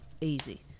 easy